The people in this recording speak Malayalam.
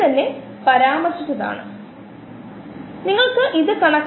ഇതാണ് ലിങ്ക് നമുക്ക് ലിങ്കിൽ ക്ലിക്കുചെയ്ത് പോയി വീഡിയോ കാണാം